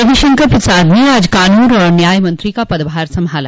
रवि शंकर प्रसाद ने आज कानून और न्याय मंत्री का पदभार संभाला